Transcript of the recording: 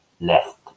left